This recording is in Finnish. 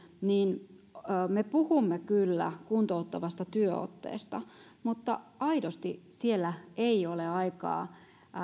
niin vaikka me puhumme kyllä kuntouttavasta työotteesta niin aidosti siellä ei ole aikaa